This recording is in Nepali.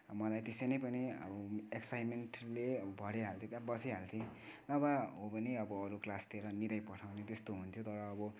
मलाई त्यसै नै पनि अब एक्साइटमेन्टले भरिहाल्थ्यो के बसिहाल्थेँ नभए हो भने अब अरू क्लासतिर निदाइपठाउने त्यस्तो हुन्थ्यो तर अब